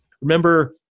remember